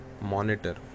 monitor